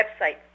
website